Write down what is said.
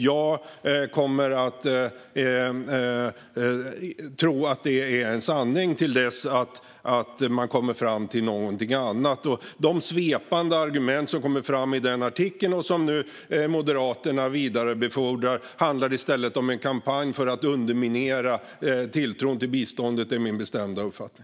Jag kommer att tro att det är sanningen till dess att någon kommer fram till något annat. De svepande argument som kommer fram i artikeln om detta och som Moderaterna nu vidarebefordrar handlar i stället om en kampanj för att underminera tilltron till biståndet. Det är min bestämda uppfattning.